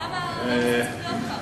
למה זה צריך להיות כך?